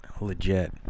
legit